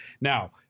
Now